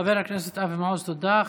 חבר הכנסת אבי מעוז, תודה.